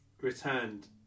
returned